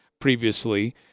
previously